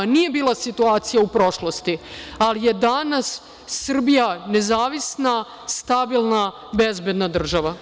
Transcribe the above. Nije bilo situacija u prošlosti, ali je danas Srbija nezavisna, stabilna, bezbedna država.